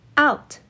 out